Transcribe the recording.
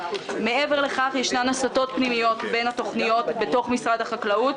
מעבר לכך יש הסטות פנימיות בין התוכניות בתוך משרד החקלאות,